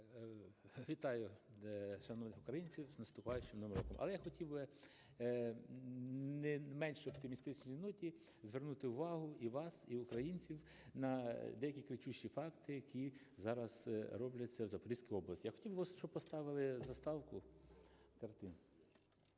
Вітаю, шановних українців з наступаючим Новим роком! Але я хотів би на менш оптимістичній ноті звернути увагу і вас, і українців на деякі кричущі факти, які зараз робляться в Запорізькій області. Я хотів би, щоб поставили заставку, картинку.